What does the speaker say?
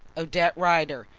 odette rider,